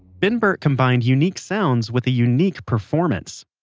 ben burtt combined unique sounds with a unique performance.